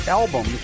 album